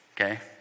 Okay